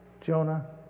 Jonah